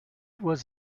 was